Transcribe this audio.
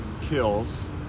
kills